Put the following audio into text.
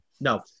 No